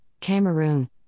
Cameroon